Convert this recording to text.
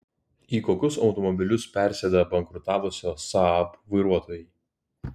į kokius automobilius persėda bankrutavusio saab vairuotojai